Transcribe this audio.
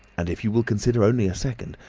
and if you will consider only a second,